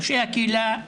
ראשי הקהילה,